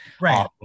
Right